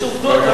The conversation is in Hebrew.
יש עובדות.